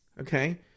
okay